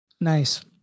Nice